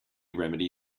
remedy